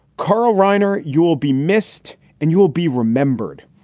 carl reiner, you will be missed and you will be remembered.